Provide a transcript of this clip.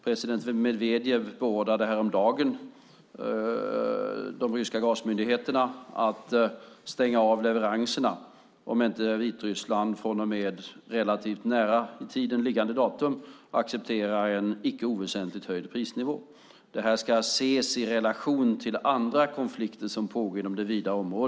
President Medvedev beordrade häromdagen de ryska gasmyndigheterna att stänga av leveranserna om inte Vitryssland från och med relativt nära i tiden liggande datum accepterar en icke oväsentligt höjd prisnivå. Det här ska ses i relation till andra konflikter som pågår inom det vida området.